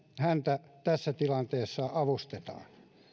häntä tässä tilanteessa avustetaan